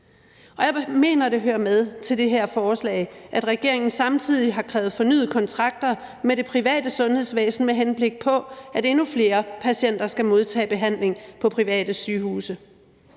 Jeg mener, det hører med til det her forslag, at regeringen samtidig har krævet fornyede kontrakter med det private sundhedsvæsen, med henblik på at endnu flere patienter skal modtage behandling på private sygehuse.